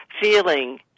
feeling